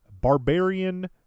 barbarian